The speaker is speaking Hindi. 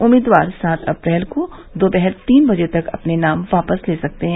उम्मीदवार सात अप्रैल को दोपहर तीन बजे तक नाम वापस ले सकते हैं